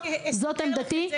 זאת עמדתי.